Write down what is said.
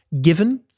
given